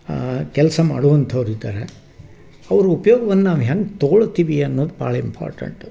ಕೆಲಸ ಮಾಡುವಂಥವರಿದ್ದಾರೆ ಅವ್ರ ಉಪ್ಯೋಗವನ್ನು ನಾವು ಹೆಂಗೆ ತೊಗೊಳ್ತೀವಿ ಅನ್ನೋದು ಭಾಳ ಇಂಪೋರ್ಟೆಂಟು